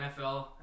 NFL